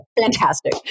Fantastic